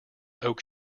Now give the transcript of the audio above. oak